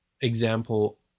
example